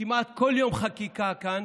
שכמעט בכל יום חקיקה כאן